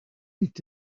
eat